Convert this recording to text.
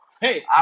Hey